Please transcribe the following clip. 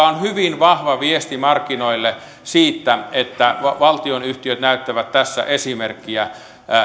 on hyvin vahva viesti markkinoille siitä että valtionyhtiöt näyttävät tässä esimerkkiä